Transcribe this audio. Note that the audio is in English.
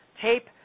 tape